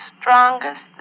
strongest